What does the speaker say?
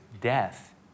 death